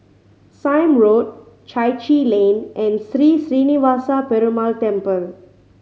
Sime Road Chai Chee Lane and Sri Srinivasa Perumal Temple